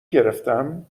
گرفتم